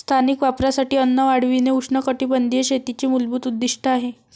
स्थानिक वापरासाठी अन्न वाढविणे उष्णकटिबंधीय शेतीचे मूलभूत उद्दीष्ट आहे